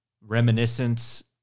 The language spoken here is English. Reminiscence